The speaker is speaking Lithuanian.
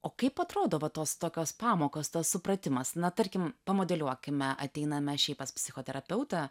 o kaip atrodo va tos tokios pamokos tas supratimas na tarkim pamodeliuokime ateiname šiaip pas psichoterapeutą